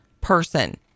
person